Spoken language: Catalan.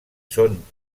són